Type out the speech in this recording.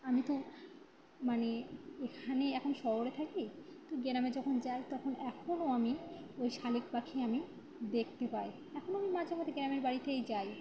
আমি তো মানে এখানে এখন শহরে থাকি তো গ্রামে যখন যাই তখন এখনও আমি ওই শালিক পাখি আমি দেখতে পাই এখনও আমি মাঝে মাঝে গ্রামের বাড়িতেই যাই